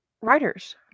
writers